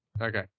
Okay